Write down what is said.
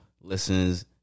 listens